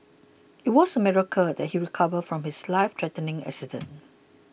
it was a miracle that he recovered from his lifethreatening accident